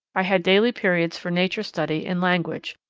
i had daily periods for nature study and language,